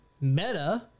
Meta